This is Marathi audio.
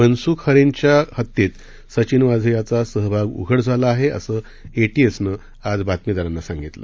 मनसुख हिरेनच्या हत्येत सचिन वाझे याचा सहभाग उघड झाला आहे असं एटीएसनं आज बातमिदारांना सांगितलं